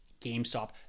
GameStop